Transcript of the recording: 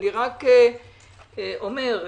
ברית